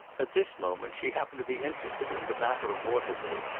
at this moment, she happened to be interested in the baffle of waterloo,